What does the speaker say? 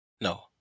No